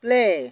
play